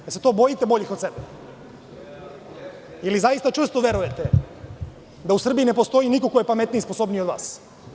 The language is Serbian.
Da li se to bojite boljih od sebe ili zaista čvrsto verujete da u Srbiji ne postoji niko ko je pametniji i sposobniji od vas.